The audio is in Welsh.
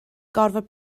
gorfod